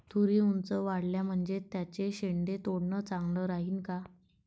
तुरी ऊंच वाढल्या म्हनजे त्याचे शेंडे तोडनं चांगलं राहीन का?